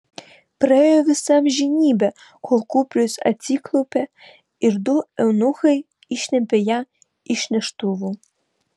praėjo visa amžinybė kol kuprius atsiklaupė ir du eunuchai ištempė ją iš neštuvų